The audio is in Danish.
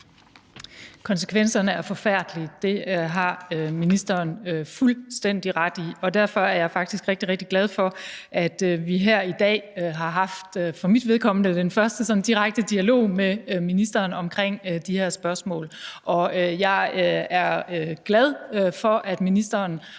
Konsekvenserne er forfærdelige. Det har ministeren fuldstændig ret i, og derfor er jeg faktisk rigtig, rigtig glad for, at vi her i dag for mit vedkommende har haft den første sådan direkte dialog med ministeren omkring de her spørgsmål. Jeg er glad for, at ministeren